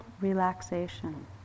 relaxation